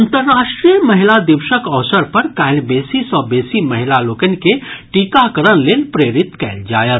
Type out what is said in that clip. अंतर्राष्ट्रीय महिला दिवसक अवसर पर काल्हि बेसी सॅ बेसी महिला लोकनि के टीकाकरण लेल प्रेरित कयल जायत